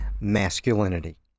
masculinity